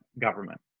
government